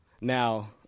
Now